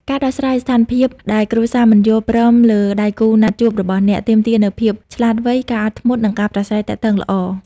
ការដោះស្រាយស្ថានការណ៍ដែលគ្រួសារមិនយល់ព្រមលើដៃគូណាត់ជួបរបស់អ្នក ទាមទារនូវភាពឆ្លាតវៃ ការអត់ធ្មត់ និងការប្រាស្រ័យទាក់ទងល្អ។